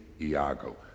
Iago